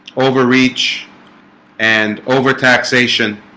overreach and over taxation